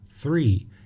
Three